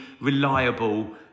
reliable